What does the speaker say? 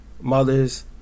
mothers